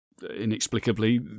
inexplicably